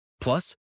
Plus